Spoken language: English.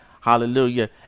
Hallelujah